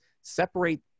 separate